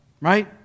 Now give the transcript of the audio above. Right